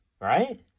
Right